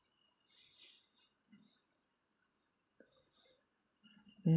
mm